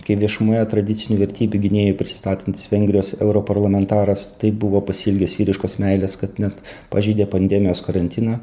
kai viešumoje tradicinių vertybių gynėju prisistatantis vengrijos europarlamentaras taip buvo pasiilgęs vyriškos meilės kad net pažeidė pandemijos karantiną